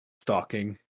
stalking